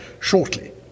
shortly